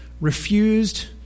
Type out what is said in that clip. refused